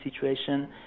situation